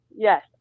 Yes